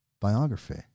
biography